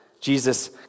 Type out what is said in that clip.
Jesus